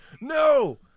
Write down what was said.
No